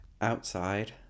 Outside